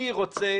אני רוצה